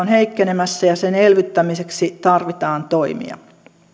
heikkenemässä ja sen elvyttämiseksi tarvitaan toimia